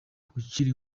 gukira